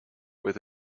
with